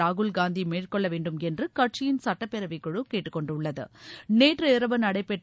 ராகுல் காந்தி மேற்கொள்ள வேண்டும் என்று கட்சியின் சுட்டப்பேரவை குழு கேட்டுக்கொண்டுள்ளது நேற்று இரவு நடைபெற்ற